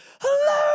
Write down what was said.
hello